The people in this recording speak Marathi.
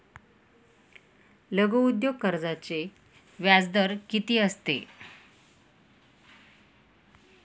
लघु उद्योग कर्जाचे व्याजदर किती असते?